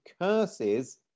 curses